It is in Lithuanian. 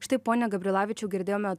štai pone gabrilavičiau girdėjome